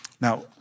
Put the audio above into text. Now